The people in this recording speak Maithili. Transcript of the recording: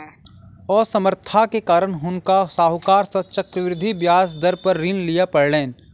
असमर्थता के कारण हुनका साहूकार सॅ चक्रवृद्धि ब्याज दर पर ऋण लिअ पड़लैन